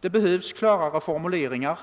Det behövs klarare formuleringar